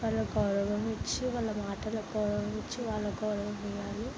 వాళ్ళకు గౌరవం ఇచ్చి వాళ్ళ మాటలకు గౌరవం ఇచ్చి వాళ్ళకు గౌరవం ఇవ్వాలి